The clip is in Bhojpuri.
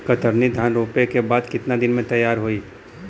कतरनी धान रोपे के बाद कितना दिन में तैयार होई?